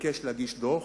התבקש להגיש דוח,